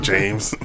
James